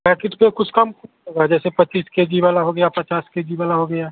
packet पर कुछ कम होगा जैसे पच्चीस के जी वाला हो गया पचास के जी वाला हो गया